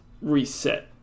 Reset